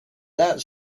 that